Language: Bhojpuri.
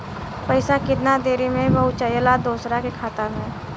पैसा कितना देरी मे पहुंचयला दोसरा के खाता मे?